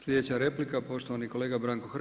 Sljedeća replika, poštovani kolega Branko Hrg.